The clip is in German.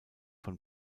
von